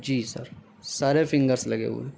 جی sir سارے fingers لگے ہوئے ہیں